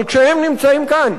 אבל כשהם נמצאים כאן,